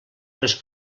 les